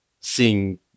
seeing